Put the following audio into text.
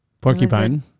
porcupine